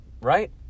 right